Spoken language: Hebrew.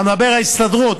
אתה מדבר על ההסתדרות,